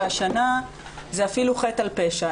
והשנה זה אפילו חטא על פשע.